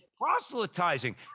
Proselytizing